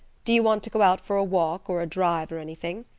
do you want to go out for a walk or a drive or anything?